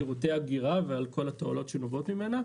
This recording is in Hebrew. שירותי אגירה ועל כל התועלות הנובעות ממנה,